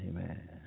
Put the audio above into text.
Amen